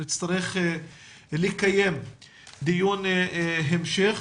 שנצטרך לקיים דיון המשך